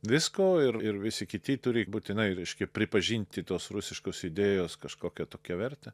visko ir ir visi kiti turi būtinai reiškia pripažinti tos rusiškos idėjos kažkokią tokią vertę